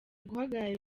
guhagararira